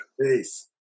Peace